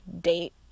date